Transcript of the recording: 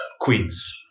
Queens